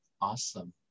Awesome